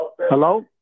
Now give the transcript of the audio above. Hello